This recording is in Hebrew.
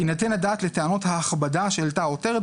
תינתן הדעת לטענות ההכבדה שהעלתה העותרת